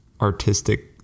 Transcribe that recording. artistic